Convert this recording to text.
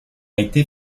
été